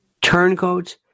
Turncoats